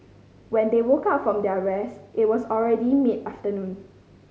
when they woke up from their rest it was already mid afternoon